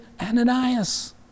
Ananias